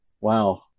wow